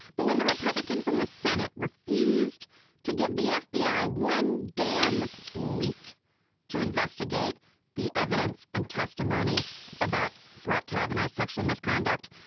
but when the republicans in the senate refused to give the fbi one damn week to investigate the evidence and testimony about brett kavanaugh's sexual misconduct,